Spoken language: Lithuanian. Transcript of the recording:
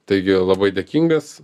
taigi labai dėkingas